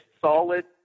solid